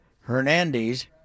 Hernandez